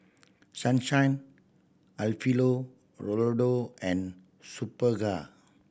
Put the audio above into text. Sunshine Alfio Raldo and Superga